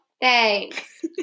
Thanks